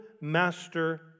master